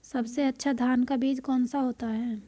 सबसे अच्छा धान का बीज कौन सा होता है?